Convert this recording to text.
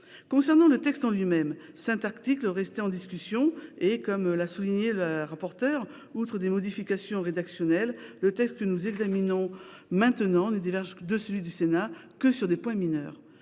Concernant le texte en lui-même, cinq articles restaient en discussion et, comme l'a souligné Mme la rapporteure, outre des modifications rédactionnelles, la version que nous examinons maintenant ne diverge de celle du Sénat que sur des points mineurs.